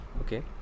okay